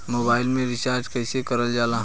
Mobile में recharge कइसे करल जाला?